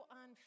on